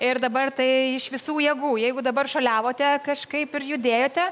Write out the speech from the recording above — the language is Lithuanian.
ir dabar tai iš visų jėgų jeigu dabar šiuoliavote kažkaip ir judėjote